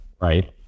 Right